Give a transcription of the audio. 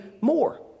more